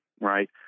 Right